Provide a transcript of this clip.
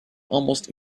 almost